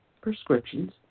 prescriptions